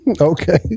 Okay